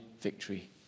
victory